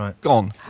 gone